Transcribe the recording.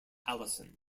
allison